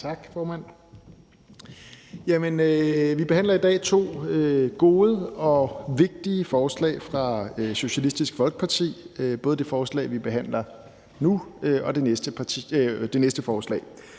tak, formand. Vi behandler i dag to gode og vigtige forslag fra Socialistisk Folkeparti; det gælder både det forslag, vi behandler nu, og det næste forslag.